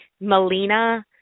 Melina